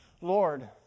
Lord